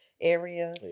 area